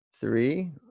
Three